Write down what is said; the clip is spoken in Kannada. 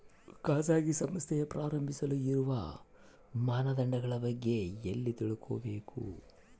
ಖಾಸಗಿ ಸಂಸ್ಥೆ ಪ್ರಾರಂಭಿಸಲು ಇರುವ ಮಾನದಂಡಗಳ ಬಗ್ಗೆ ಎಲ್ಲಿ ತಿಳ್ಕೊಬೇಕು?